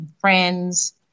friends